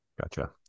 Gotcha